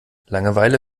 langeweile